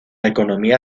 economía